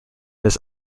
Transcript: his